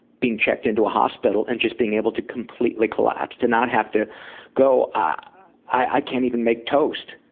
being checked into a hospital and just being able to completely collapse, to not have to go i can't even make toast,